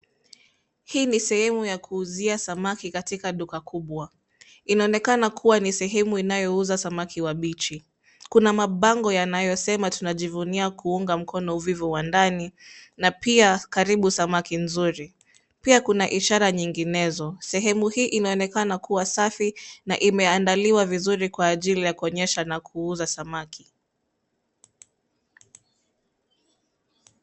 Hii ni sehemu ya kuuzia samaki katika duka kubwa. Inaonekana kuwa ni sehemu inayouza samaki wabichi. Kuna mabango yanayosema tunajivunia kuunga mkono uvivu wa ndani na pia karibu samaki nzuri. Pia kuna ishara nyinginezo. Sehemu hii inaonekana kuwa safi na imeandaliwa vizuri kwa ajili ya kuonyesha na kuuza samaki.